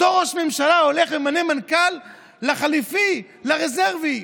אותו ראש ממשלה הולך וממנה מנכ"ל לחליפי, לרזרבי.